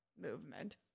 movement